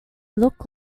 look